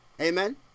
Amen